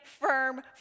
firm